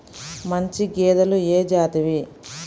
మంచి గేదెలు ఏ జాతివి?